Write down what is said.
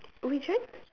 which one